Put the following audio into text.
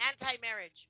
Anti-marriage